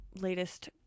latest